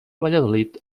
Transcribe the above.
valladolid